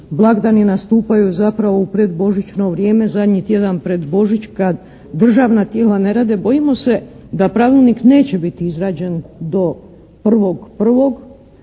blagdani nastupaju zapravo u pred Božićno vrijeme, zadnji tjedan pred Božić kad državna tijela ne rade. Bojimo se da pravilnik neće biti izrađen do 1.1.